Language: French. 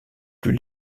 plus